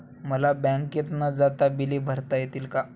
मला बँकेत न जाता बिले भरता येतील का?